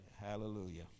Hallelujah